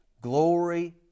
Glory